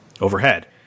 overhead